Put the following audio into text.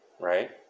right